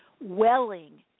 welling